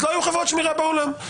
אז לא היו חברות שמירה בעולם.